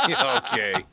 Okay